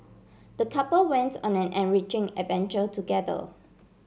the couple wents on an enriching adventure together